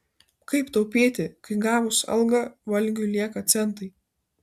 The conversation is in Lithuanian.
kaip taupyti kai gavus algą valgiui lieka centai